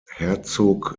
herzog